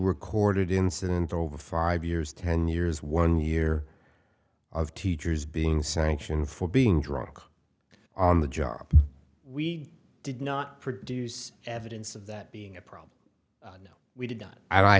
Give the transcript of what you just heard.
recorded incident over five years ten years one year of teachers being sanctioned for being drunk on the job we did not produce evidence of that being a problem we did not i